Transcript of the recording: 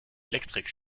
elektrik